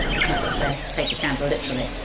you can't just say, take a candle literally.